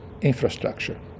infrastructure